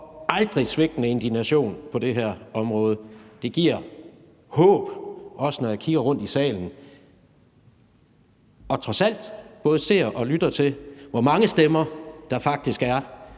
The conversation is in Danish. aldrig svigtende indignation på det her område. Det giver håb, også når jeg kigger rundt i salen og trods alt både ser og lytter til, hvor mange stemmer der faktisk er